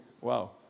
wow